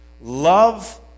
love